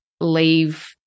leave